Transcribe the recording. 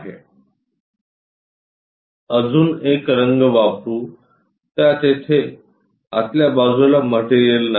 अजून एक रंग वापरू त्या तेथे आतल्या बाजुला मटेरियल नाही